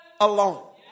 alone